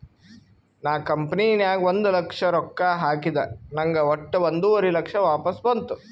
ನಾ ಕಂಪನಿ ನಾಗ್ ಒಂದ್ ಲಕ್ಷ ರೊಕ್ಕಾ ಹಾಕಿದ ನಂಗ್ ವಟ್ಟ ಒಂದುವರಿ ಲಕ್ಷ ವಾಪಸ್ ಬಂತು